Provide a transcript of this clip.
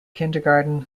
kindergarten